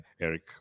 Eric